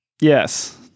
Yes